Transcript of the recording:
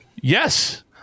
Yes